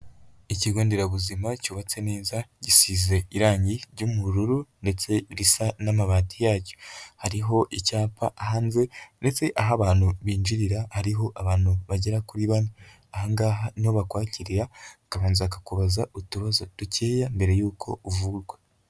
ikigo nderabuzima cyubatse neza, gisize irangi ry'ubururu ndetse risa n'amabati yacyo, hariho icyapa hanze ndetse aho abantu binjirira, hariho abantu bagera kuri bane. Aha ngaha niho bakwakirira, bakabanza bakakubaza utubazo dukeya, mbere yuko uvurwa.